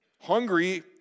Hungry